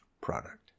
product